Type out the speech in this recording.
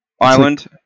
island